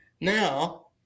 Now